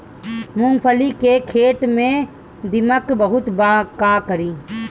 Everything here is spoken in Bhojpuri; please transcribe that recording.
मूंगफली के खेत में दीमक बहुत बा का करी?